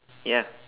ya